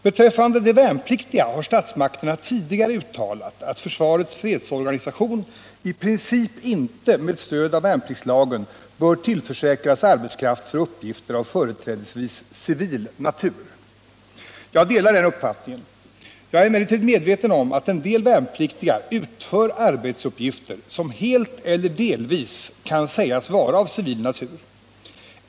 Beträffande de värnpliktiga har statsmakterna tidigare uttalat att försvarets fredsorganisation i princip inte med stöd av värnpliktslagen bör tillförsäkras arbetskraft för uppgifter av företrädesvis civil natur. Jag delar den uppfattningen. Jag är emellertid medveten om att en del värnpliktiga utför arbetsuppgifter som helt eller delvis kan sägas vara av civil natur.